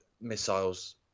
missiles